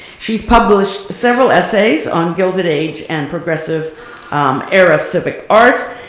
she's published several essays on gilded age and progressive era civic art,